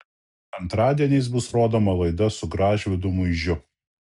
antradieniais bus rodoma laida su gražvydu muižiu